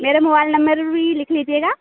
मेरा mobile number भी लिख लीजिएगा